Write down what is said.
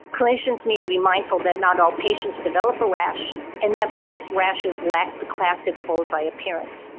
clinicians need to be mindful that not all patients develop a rash and that most rashes lack the classic bull's eye appearance.